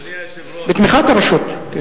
בתמיכת הרשות.